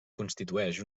constitueix